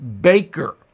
Baker